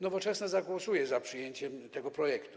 Nowoczesna zagłosuje za przyjęciem tego projektu.